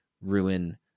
ruin